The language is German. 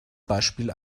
beispiel